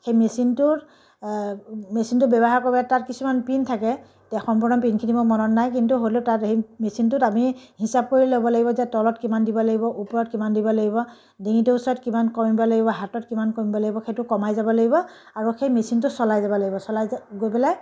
সেই মেচিনটোৰ মেচিনটো ব্যৱহাৰ কৰিবলৈ তাত কিছুমান পিন থাকে এতিয়া সম্পূৰ্ণ পিনখিনি মোৰ মনত নাই কিন্তু হ'লেও তাত সেই মেচিনটোত আমি হিচাপ কৰি ল'ব লাগিব যে তলত কিমান দিব লাগিব ওপৰত কিমান দিব লাগিব ডিঙিটো ওচৰত কিমান কমিব লাগিব হাতত কিমান কমিব লাগিব সেইটো কমাই যাব লাগিব আৰু সেই মেচিনটো চলাই যাব লাগিব চলাই গৈ পেলাই